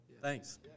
Thanks